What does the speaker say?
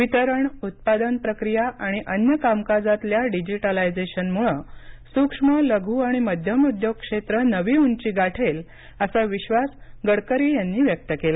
वितरण उत्पादन प्रक्रिया आणि अन्य कामकाजातल्या डिजिटलायजेशनमुळे सूक्ष्म लघु आणि मध्यम उद्योग क्षेत्र नवी उंची गाठेल असा विश्वास गडकरी यांनी व्यक्त केला